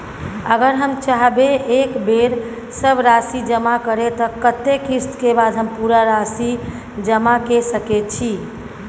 अगर हम चाहबे एक बेर सब राशि जमा करे त कत्ते किस्त के बाद हम पूरा राशि जमा के सके छि?